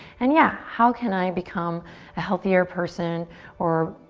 and yeah, how can i become a healthier person or,